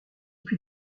puis